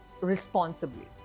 responsibly